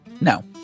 No